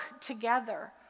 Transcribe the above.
together